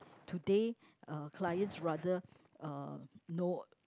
today uh clients rather uh know